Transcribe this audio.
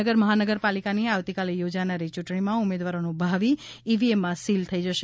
ભાવનગર મહાનગરપાલિકાની આવતીકાલે યોજાનારી યૂંટણીમાં ઉમેદવારોનું ભાવિ ઇવીએમમાં સીલ થઇ જશે